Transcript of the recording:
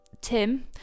Tim